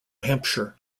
hampshire